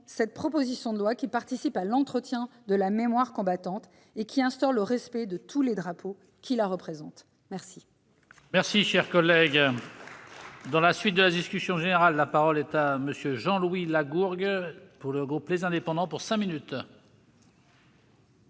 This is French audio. cette proposition de loi qui contribue à l'entretien de la mémoire combattante et qui instaure le respect de tous les drapeaux qui la représentent. La